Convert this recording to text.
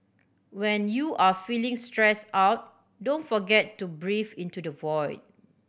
when you are feeling stress out don't forget to into the